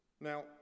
Now